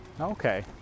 Okay